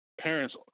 parents